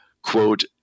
Quote